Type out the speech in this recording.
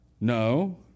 No